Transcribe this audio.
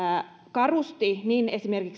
karusti esimerkiksi niin